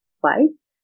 place